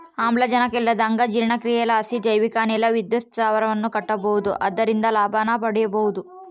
ಆಮ್ಲಜನಕ ಇಲ್ಲಂದಗ ಜೀರ್ಣಕ್ರಿಯಿಲಾಸಿ ಜೈವಿಕ ಅನಿಲ ವಿದ್ಯುತ್ ಸ್ಥಾವರವನ್ನ ಕಟ್ಟಬೊದು ಅದರಿಂದ ಲಾಭನ ಮಾಡಬೊಹುದು